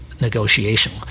negotiation